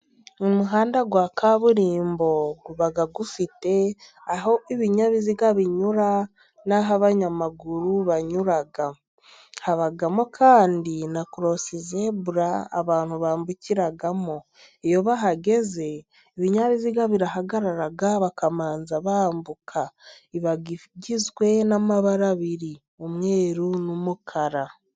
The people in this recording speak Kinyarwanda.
Umuhanda wa kaburimbo uba ufite aho ibinyabiziga binyura, n'aho abanyamaguru banyura. Habamo kandi na korosizebura abantu bambukiramo. Iyo bahageze ibinyabiziga birahagarara bakamanza bambuka. Iba igizwe n'amabara abiri umweru n'umukara.